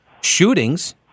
shootings